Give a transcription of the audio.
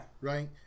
Right